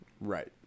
Right